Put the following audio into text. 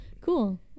Cool